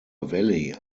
valley